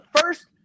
first